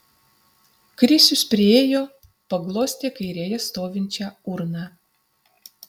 krisius priėjo paglostė kairėje stovinčią urną